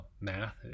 math